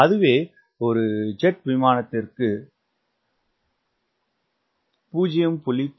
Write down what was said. அதுவே ஒரு ஜெட் விமானத்திற்கு என்று வைக்கலாம் 0